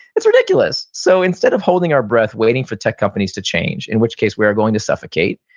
that's ridiculous so instead of holding our breath waiting for tech companies to change, in which case we are going to suffocate,